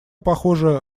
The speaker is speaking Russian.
похоже